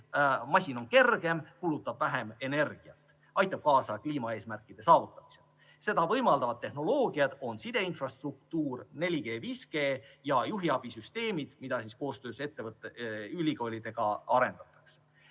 masin on kergem, kulutab vähem energiat, aitab kaasa kliimaeesmärkide saavutamisele. Seda võimaldavad tehnoloogiad on sideinfrastruktuur, 4G, 5G ja juhiabisüsteemid, mida koostöös ülikoolidega arendatakse.